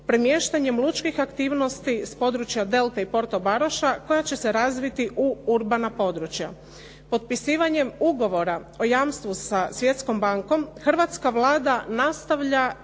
premještanjem lučkih aktivnosti s područja Delte i Portobaruša koja će se razviti u urbana područja. Potpisivanjem ugovora o jamstvu sa Svjetskom bankom hrvatska Vlada nastavlja